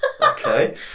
Okay